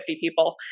people